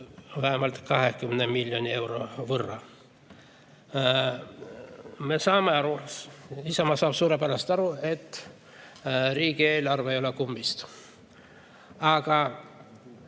vähemalt 20 miljoni euro võrra.Me saame aru, Isamaa saab suurepäraselt aru, et riigieelarve ei ole kummist. Aga